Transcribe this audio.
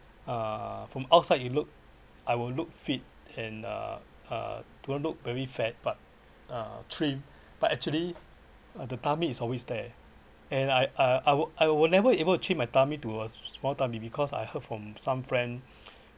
uh from outside you look I will look fit and uh uh do not look very fat but uh change but actually at the tummy is always there and I I will I will never able to change my tummy to a small tummy because I heard from some friend